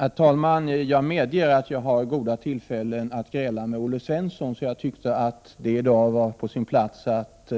Herr talman! Jag medger att jag har goda tillfällen att gräla med Olle Svensson, så jag tyckte att det i dag var på sin plats att